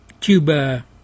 Cuba